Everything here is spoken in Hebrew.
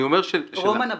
רומן אברמוביץ'